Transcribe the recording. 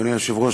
אדוני היושב-ראש,